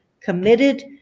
committed